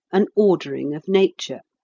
an ordering of nature.